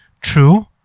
true